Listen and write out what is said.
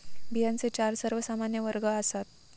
बियांचे चार सर्वमान्य वर्ग आसात